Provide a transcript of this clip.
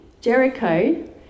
Jericho